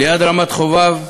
ליד רמת-חובב,